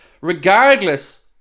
regardless